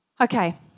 Okay